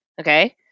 okay